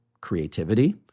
creativity